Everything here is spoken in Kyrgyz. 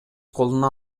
колуна